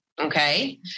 Okay